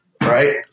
right